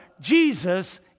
Jesus